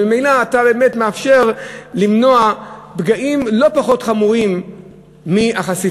וממילא אתה באמת מאפשר למנוע פגעים לא פחות חמורים מהחשיפה